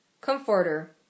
Comforter